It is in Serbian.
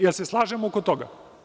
Da li se slažemo oko toga?